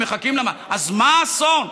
אז מה האסון?